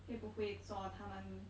会不会做他们